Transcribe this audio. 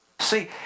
See